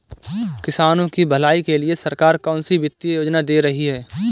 किसानों की भलाई के लिए सरकार कौनसी वित्तीय योजना दे रही है?